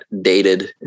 dated